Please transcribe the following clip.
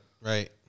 right